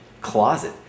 closet